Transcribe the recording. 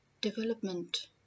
development